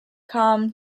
com